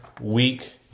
week